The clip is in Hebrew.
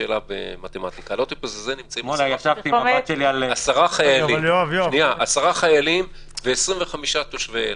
נמצאים 10 חיילים ו-25 תושבי אילת.